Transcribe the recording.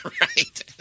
Right